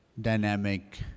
dynamic